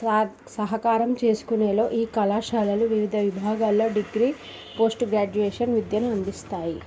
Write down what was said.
సహకారం చేసుకునే ఈ కళాశాలలు వివిధ విభాగాలలో డిగ్రీ పోస్ట్ గ్రాడ్యుయేషన్ విద్యను అందిస్తాయి